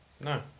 No